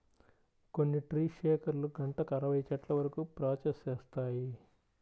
కొన్ని ట్రీ షేకర్లు గంటకు అరవై చెట్ల వరకు ప్రాసెస్ చేస్తాయి